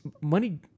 money